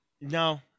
No